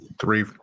three